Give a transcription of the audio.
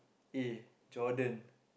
eh Jordan